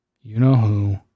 you-know-who